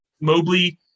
Mobley